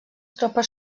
tropes